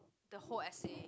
the whole essay